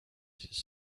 his